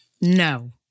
No